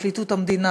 לפרקליטות המדינה,